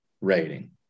rating